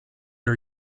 are